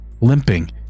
Limping